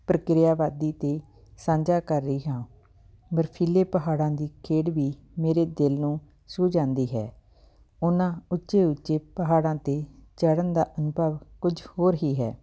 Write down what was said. ਪ੍ਰਕਿਰਿਆਵਾਦੀ 'ਤੇ ਸਾਂਝਾ ਕਰ ਰਹੀ ਹਾਂ ਬਰਫੀਲੇ ਪਹਾੜਾਂ ਦੀ ਖੇਡ ਵੀ ਮੇਰੇ ਦਿਲ ਨੂੰ ਛੂਹ ਜਾਂਦੀ ਹੈ ਉਹਨਾਂ ਉੱਚੇ ਉੱਚੇ ਪਹਾੜਾਂ 'ਤੇ ਚੜ੍ਹਨ ਦਾ ਅਨੁਭਵ ਕੁਝ ਹੋਰ ਹੀ ਹੈ